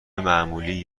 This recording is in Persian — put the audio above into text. معمولی